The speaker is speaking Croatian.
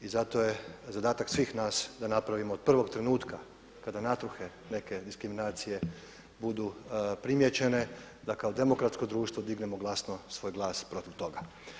I zato je zadatak svih nas da napravimo od prvog trenutka kada … neke diskriminacije budu primijećene da kao demokratsko društvo dignemo glasno svoj glas protiv toga.